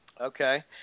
Okay